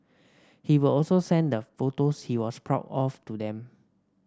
he will also send the photos he was proud of to them